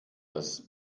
dass